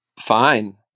fine